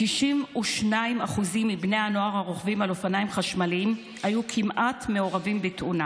כי 62% מבני הנוער הרוכבים על אופניים חשמליים היו כמעט מעורבים בתאונה.